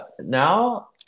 now